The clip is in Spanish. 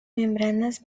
membranas